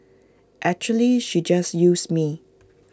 actually she just used me